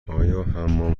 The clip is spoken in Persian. حمام